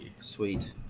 Sweet